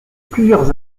plusieurs